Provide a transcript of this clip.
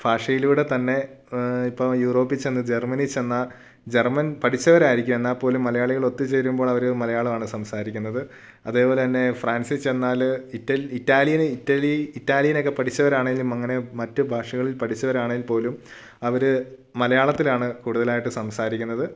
ഫാഷയിലൂടെ തന്നെ ഇപ്പോൾ യൂറോപ്പിൽ ചെന്ന് ജർമ്മനിയിൽ ചെന്നാൽ ജർമ്മൻ പഠിച്ചവരായിരിക്കും എന്നാൽപ്പോലും മലയാളികൾ ഒത്തുചേരുമ്പോൾ അവർ മലയാളമാണ് സംസാരിക്കുന്നത് അതേപോലെത്തന്നെ ഫ്രാൻസിൽ ചെന്നാൽ ഇറ്റലി ഇറ്റാലിയൻ ഇറ്റലി ഇറ്റാലിയനൊക്കെ പഠിച്ചവരാണെങ്കിലും അങ്ങനെ മറ്റ് ഭാഷകൾ പഠിച്ചവരാണെങ്കിൽപ്പോലും അവർ മലയാളത്തിലാണ് കുടുതലായിട്ട് സംസാരിക്കുന്നത്